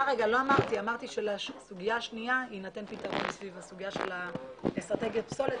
אמרתי שלסוגיה השנייה יינתן פתרון סביב הסוגיה של אסטרטגיית פסולת.